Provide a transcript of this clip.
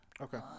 Okay